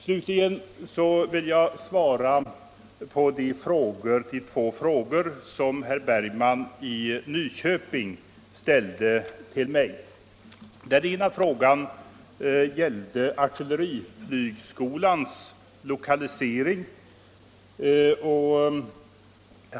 Slutligen vill jag svara på de två frågor som herr Bergman i Nyköping ställde till mig. Den ena frågan gällde artilleriflygskolans lokalisering.